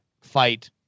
fight